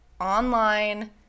online